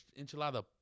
enchilada